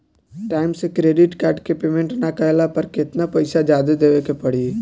Time से credit card के payment ना कैला पर केतना पईसा जादे देवे के पड़ी?